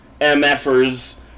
MFers